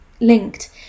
linked